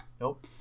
Nope